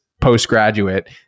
postgraduate